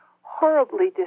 horribly